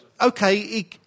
Okay